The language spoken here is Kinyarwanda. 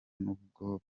nubwo